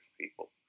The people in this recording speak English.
people